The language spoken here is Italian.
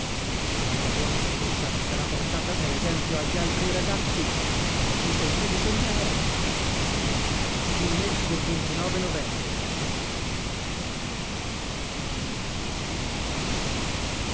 e la mia buona condotta sarà portata per esempio agli altri ragazzi i sembra di sognare novembre